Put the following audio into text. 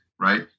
Right